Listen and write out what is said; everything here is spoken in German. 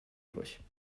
durch